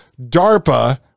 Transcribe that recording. darpa